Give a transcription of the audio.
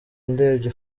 ndebye